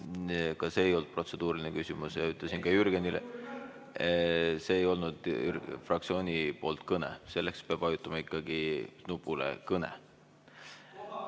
Ka see ei olnud protseduuriline küsimus, sama ütlesin ka Jürgenile. See ei olnud fraktsiooni nimel kõne, selleks peab vajutama nupule "Kõne".